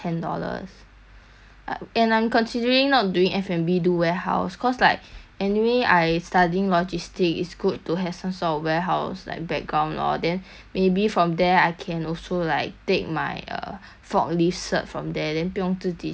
and I'm considering not doing F&B do warehouse cause like anyway I studying logistic it's good to have some sort of warehouse like background lor then maybe from there I can also like take my err forklift cert from there then 不用自己去外面花钱 learn